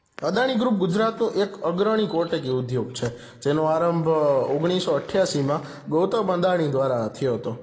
Adani group ગુજરાતનું એક અગ્રણી કોટક ઉદ્યોગ છે જેનો આરંભ ઓગણીસો અઠ્યાસીમાં ગૌતમ અદાણી દ્વારા થયો હતો